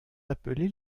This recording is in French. appelés